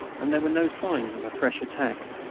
and there were no signs of a fresh attack.